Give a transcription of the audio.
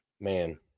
man